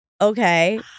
okay